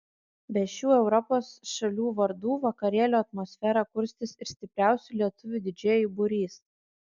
be šių europos šalių vardų vakarėlio atmosferą kurstys ir stipriausių lietuvių didžėjų būrys